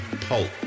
pulp